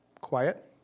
quiet